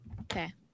Okay